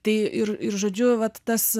tai ir ir žodžiu vat tas